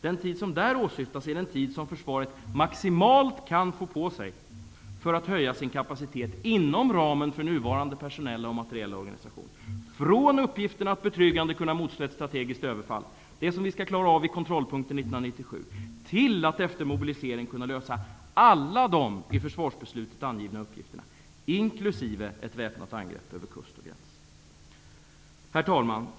Den tid som där åsyftas är den tid som försvaret maximalt kan få på sig för att höja sin kapacitet -- inom ramen för nuvarande personella och materiella organisation -- från uppgiften att betryggande kunna motstå ett strategiskt överfall, vilket vi skall klara av vid kontrollpunkten 1997, till att efter mobilisering kunna klara alla de i försvarsbeslutet angivna uppgifterna inkl. ett väpnat angrepp över kust eller gräns. Herr talman!